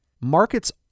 Markets